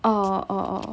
orh oh